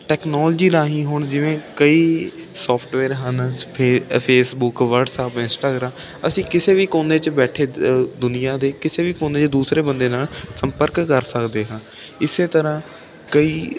technology ਰਾਹੀਂ ਹੁਣ ਜਿਵੇਂ ਕਈ ਸੋਫਟਵੇਅਰ ਹਨ ਫੇ ਫੇਸਬੁੱਕ ਵਟਸਐਪ ਇੰਸਟਾਗਰਾਮ ਅਸੀਂ ਕਿਸੇ ਵੀ ਕੋਨੇ 'ਚ ਬੈਠੇ ਦੁਨੀਆ ਦੇ ਕਿਸੇ ਵੀ ਕੋਨੇ 'ਚ ਦੂਸਰੇ ਬੰਦੇ ਨਾਲ ਸੰਪਰਕ ਕਰ ਸਕਦੇ ਹਾਂ ਇਸ ਤਰ੍ਹਾਂ ਕਈ